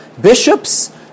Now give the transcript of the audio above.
bishops